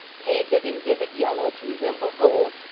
painted in vivid yellow to resemble gold,